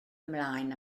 ymlaen